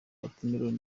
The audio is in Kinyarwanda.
watermelon